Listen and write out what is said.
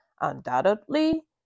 undoubtedly